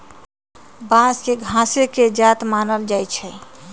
बांस के घासे के जात मानल जाइ छइ